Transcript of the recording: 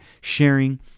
sharing